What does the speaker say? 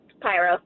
Pyro